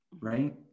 right